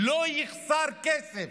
לא יחסר כסף,